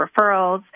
referrals